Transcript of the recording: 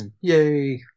Yay